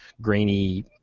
grainy